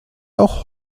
auch